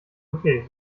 okay